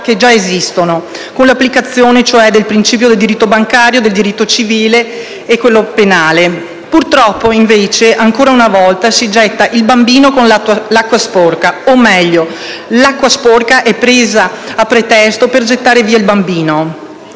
che già esistono: con l'applicazione, cioè, dei principi del diritto bancario, del diritto civile e del diritto penale. Purtroppo, invece, ancora una volta si getta il bambino con l'acqua sporca. O meglio, l'acqua sporca è presa a pretesto per gettare il bambino.